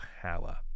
power